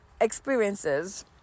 Experiences